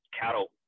cattle